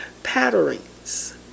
Patterns